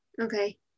Okay